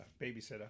babysitter